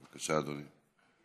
בבקשה, אדוני.